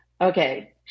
Okay